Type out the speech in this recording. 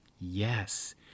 Yes